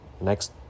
next